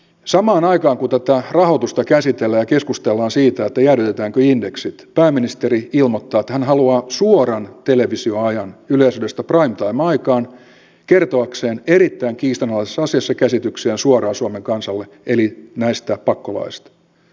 samaan aikaan kun tätä rahoitusta käsitellään ja keskustellaan siitä jäädytetäänkö indeksit pääministeri ilmoittaa että hän haluaa suoran televisioajan yleisradiosta prime time aikaan kertoakseen erittäin kiistanalaisesta asiasta käsityksiään suoraan suomen kansalle eli näistä pakkolaeista